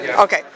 Okay